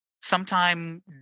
sometime